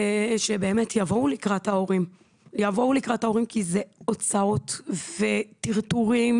שבאמת יבואו לקראת ההורים כי זה הוצאות וטרטורים,